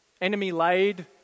enemy-laid